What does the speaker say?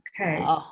Okay